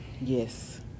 yes